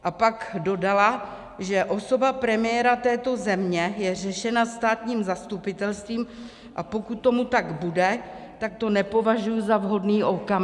A pak dodala, že osoba premiéra této země je řešena státním zastupitelstvím, a pokud tomu tak bude, tak to nepovažuji za vhodný okamžik.